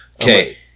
Okay